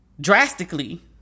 drastically